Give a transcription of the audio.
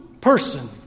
person